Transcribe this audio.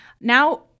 Now